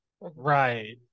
right